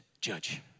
judge